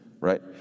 right